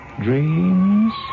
dreams